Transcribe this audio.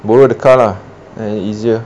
borrow the car lah make it easier